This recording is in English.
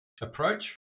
approach